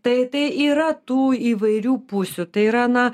tai tai yra tų įvairių pusių tai yra na